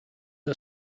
are